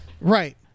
right